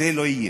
זה לא יהיה.